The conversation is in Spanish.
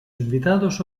invitados